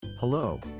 Hello